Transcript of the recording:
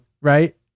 right